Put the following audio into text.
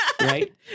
Right